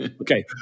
Okay